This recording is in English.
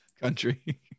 Country